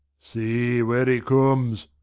see, where he comes!